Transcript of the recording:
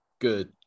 good